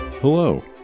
Hello